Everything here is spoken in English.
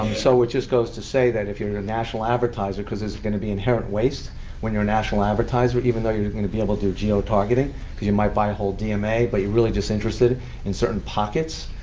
um so it just goes to say that if you're a national advertiser, because there's going to be inherent waste when you're a national advertiser, even though you're you're going to be able to do geo-targeting, because you might buy a whole dma, um but you're really just interested in certain pockets,